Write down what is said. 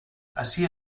ací